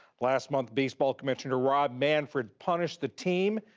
last month, baseball commissioner rob manfred punished the team,